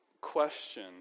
Question